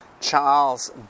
Charles